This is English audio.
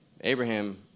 Abraham